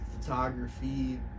photography